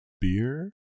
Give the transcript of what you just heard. beer